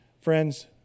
Friends